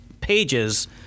pages